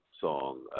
song